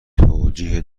توجیه